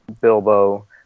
Bilbo